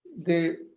the